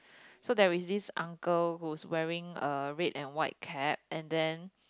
so there is this uncle who's wearing a red and white cap and then